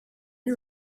you